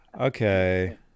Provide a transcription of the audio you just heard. Okay